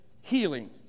healing